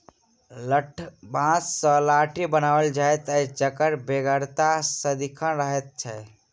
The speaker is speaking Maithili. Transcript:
लठबाँस सॅ लाठी बनाओल जाइत अछि जकर बेगरता सदिखन रहैत छै